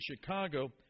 Chicago